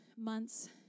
months